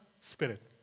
Spirit